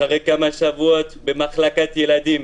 אחרי כמה שבועות במחלקת ילדים